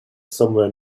somewhere